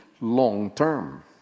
long-term